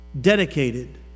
dedicated